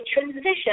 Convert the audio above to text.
transition